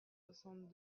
soixante